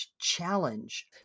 challenge